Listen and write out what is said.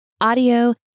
audio